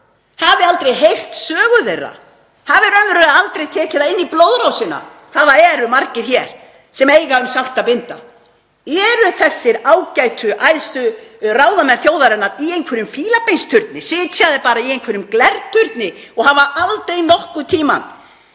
hafi aldrei heyrt sögu þess, hafi raunverulega aldrei tekið það inn í blóðrásina hvað það eru margir hér sem eiga um sárt að binda. Eru þessir ágætu æðstu ráðamenn þjóðarinnar í einhverjum fílabeinsturni? Sitja þeir bara í einhverjum glerturni og hafa aldrei nokkurn tímann